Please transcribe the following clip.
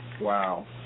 Wow